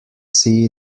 see